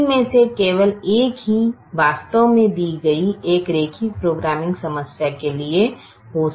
तीन में से केवल एक ही वास्तव में दी गयी एक रैखिक प्रोग्रामिंग समस्या के लिए हो सकता है